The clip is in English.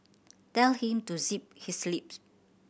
tell him to zip his lip